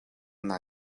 naa